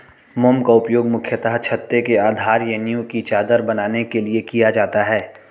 मोम का उपयोग मुख्यतः छत्ते के आधार या नीव की चादर बनाने के लिए किया जाता है